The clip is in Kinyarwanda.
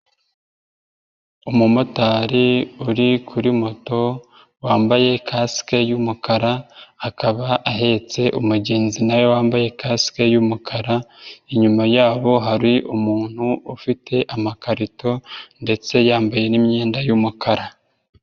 Umumotari uri kuri moto, wambaye kasike y'umukara, akaba ahetse umugenzi na we wambaye kasike y'umukara, inyuma yabo hari umuntu ufite amakarito, ndetse yambaye n'imyenda y'umukara.